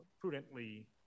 Prudently